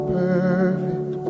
perfect